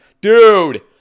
Dude